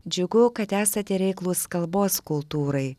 džiugu kad esate reiklūs kalbos kultūrai